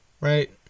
right